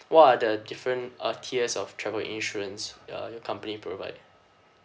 what are the different uh tiers of travel insurance uh your company provide